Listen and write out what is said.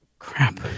crap